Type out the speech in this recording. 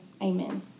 Amen